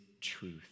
truth